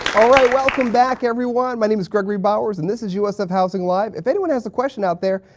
alright welcome back everyone. my name is gregory bowers and this is usf housing live! if anyone has a question out there,